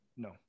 no